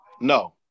No